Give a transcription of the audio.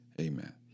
Amen